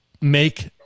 make